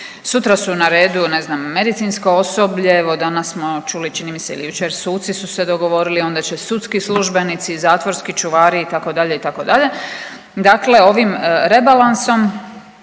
Sutra su na redu ne znam medicinsko osoblje. Evo danas smo čuli čini mi se ili jučer suci su se dogovorili, onda će sudski službenici, zatvorski čuvari itd. itd. Dakle, ovim rebalansom